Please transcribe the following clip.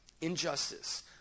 Injustice